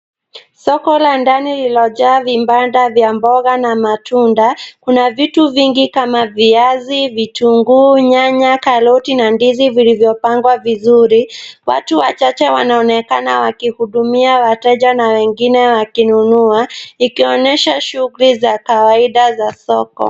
Soko la ndani lililojaa vibanda vya mboga na matunda. Kuna vitu vingi kama viazi, vitunguu, nyanya, karoti na ndizi vilivyopangwa vizuri. Watu wachache wanaonekana wakihudumia wateja na wengine wakinunua, ikionyesha shughuli za kawaida za soko.